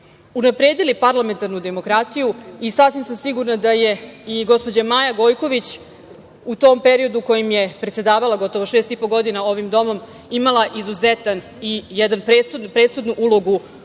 unapredili parlamentarnu demokratiju i sasvim sam sigurna da je i gospođa Maja Gojković u tom periodu u kojem je predsedavala gotovo šest i po godina ovim domom imala izuzetnu i jednu presudnu ulogu u